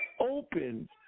open